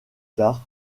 tard